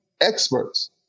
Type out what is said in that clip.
experts